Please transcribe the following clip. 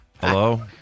Hello